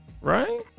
right